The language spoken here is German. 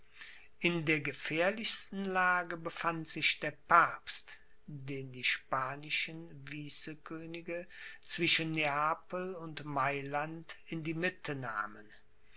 in der gefährlichsten lage befand sich der papst den die spanischen vicekönige zwischen neapel und mailand in die mitte nahmen